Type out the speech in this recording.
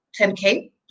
10k